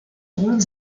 ronde